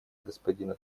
господина